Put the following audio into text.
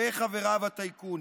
וחבריו הטייקונים.